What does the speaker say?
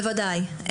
בוודאי.